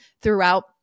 throughout